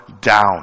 down